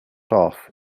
off